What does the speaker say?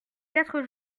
quatre